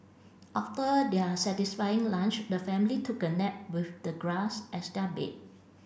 after their satisfying lunch the family took a nap with the grass as their bed